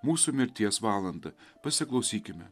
mūsų mirties valandą pasiklausykime